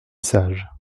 sage